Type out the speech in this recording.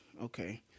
Okay